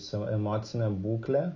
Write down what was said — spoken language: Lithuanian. savo emocinę būklę